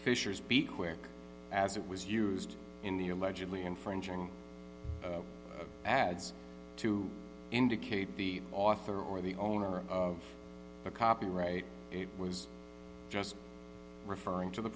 fisher's beat where as it was used in the allegedly infringing ads to indicate the author or the owner of the copyright was just referring to the